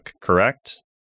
correct